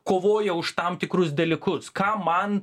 kovojo už tam tikrus dalykus ką man